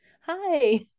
Hi